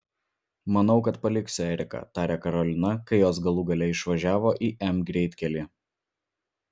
manau kad paliksiu eriką tarė karolina kai jos galų gale išvažiavo į m greitkelį